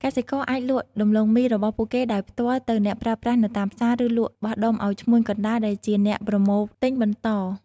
កសិករអាចលក់ដំឡូងមីរបស់ពួកគេដោយផ្ទាល់ទៅអ្នកប្រើប្រាស់នៅតាមផ្សារ ឬលក់បោះដុំឱ្យ ឈ្មួញកណ្ដាល ដែលជាអ្នកប្រមូលទិញបន្ត។